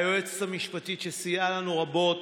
והיועצת המשפטית שסייעה לנו רבות